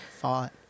fought